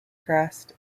crest